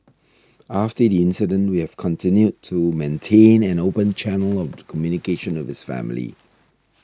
after the incident we have continued to maintain an open channel of communication with his family